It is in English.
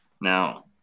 Now